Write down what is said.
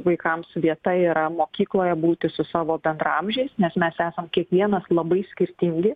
vaikams vieta yra mokykloje būti su savo bendraamžiais nes mes esam kiekvienas labai skirtingi